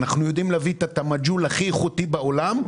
אנחנו יודעים להביא את המג'הול הכי איכותי בעולם.